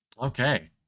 Okay